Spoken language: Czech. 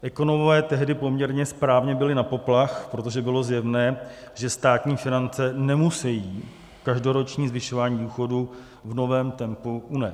Ekonomové tehdy poměrně správně bili na poplach, protože bylo zjevné, že státní finance nemusejí každoroční zvyšování důchodů v novém tempu unést.